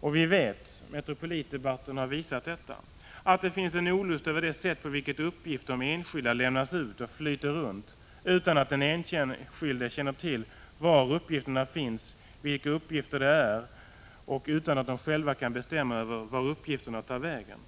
Och vi vet —- Metropolitdebatten har visat detta — att det finns en olust över det sätt på vilket uppgifter om enskilda lämnas ut och flyter runt, utan att den enskilde känner till var uppgifterna finns, vilka uppgifter det är och utan att de själva kan bestämma över vart uppgifterna tar vägen.